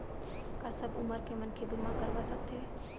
का सब उमर के मनखे बीमा करवा सकथे?